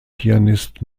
pianist